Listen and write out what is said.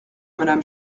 madame